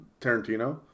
Tarantino